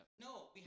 no